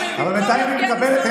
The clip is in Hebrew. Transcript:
אז במקום יבגני סובה.